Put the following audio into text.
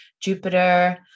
jupiter